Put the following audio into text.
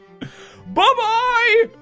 Bye-bye